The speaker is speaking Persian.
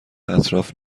اطراف